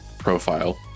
Profile